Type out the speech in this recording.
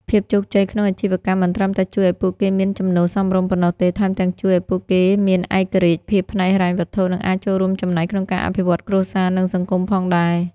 ភាពជោគជ័យក្នុងអាជីវកម្មមិនត្រឹមតែជួយឱ្យពួកគេមានចំណូលសមរម្យប៉ុណ្ណោះទេ ថែមទាំងជួយឱ្យពួកគេមានឯករាជ្យភាពផ្នែកហិរញ្ញវត្ថុ និងអាចចូលរួមចំណែកក្នុងការអភិវឌ្ឍគ្រួសារ និងសង្គមផងដែរ។